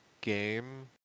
game